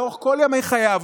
לאורך כל ימי חייו,